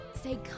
say